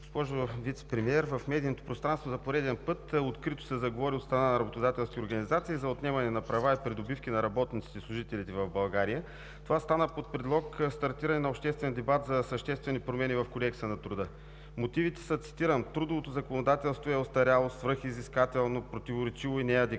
Госпожо Вицепремиер, в медийното пространство за пореден път открито се заговори от страна на работодателски организации за отнемане на права и придобивки на работниците и служителите в България. Това стана под предлог стартиране на обществен дебат за съществени промени в Кодекса на труда. Мотивите са, цитирам: „Трудовото законодателство е остаряло, свръхвзискателно, противоречиво и неадекватно.